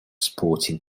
sporting